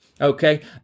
Okay